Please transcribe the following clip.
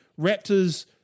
Raptors